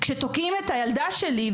כשתוקעים את הילדה שלי,